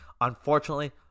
Unfortunately